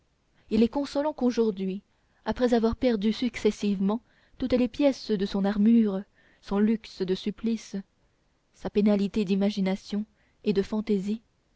il est consolant qu'aujourd'hui après avoir perdu successivement toutes les pièces de son armure son luxe de supplices sa pénalité d'imagination et de fantaisie